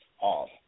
off